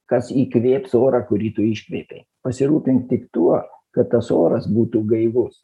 kas įkvėps orą kurį tu iškvėpei pasirūpink tik tuo kad tas oras būtų gaivus